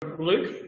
Luke